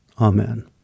Amen